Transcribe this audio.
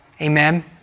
Amen